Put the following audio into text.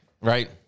Right